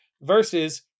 versus